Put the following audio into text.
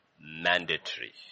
mandatory